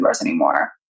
anymore